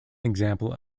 example